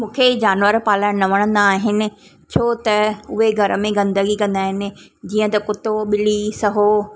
मूंखे जानवर पालणु न वणंदा आहिनि छो त उहे घर में गंदगी कंदा आहिनि जीअं त कुतो ॿिली सहो